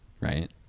Right